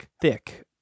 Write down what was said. thick